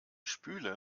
spüle